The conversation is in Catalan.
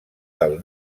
del